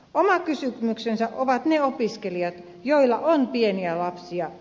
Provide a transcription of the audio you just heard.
oma kysymyksensä ovat ne opiskelijat joilla on pieniä lapsia